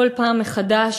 כל פעם מחדש,